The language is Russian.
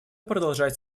продолжать